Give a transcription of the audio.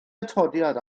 atodiad